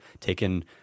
taken